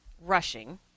rushing